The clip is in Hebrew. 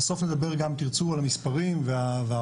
ובסוף נדבר גם אם תרצו על המספרים והאמדנים.